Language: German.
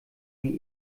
die